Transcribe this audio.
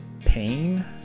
pain